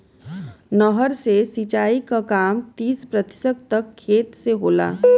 नहर से सिंचाई क काम तीस प्रतिशत तक खेत से होला